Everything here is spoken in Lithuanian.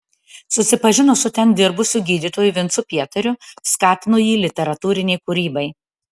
susipažino su ten dirbusiu gydytoju vincu pietariu skatino jį literatūrinei kūrybai